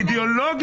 לא.